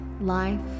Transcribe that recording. life